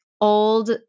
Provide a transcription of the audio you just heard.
old